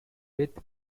with